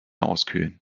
auskühlen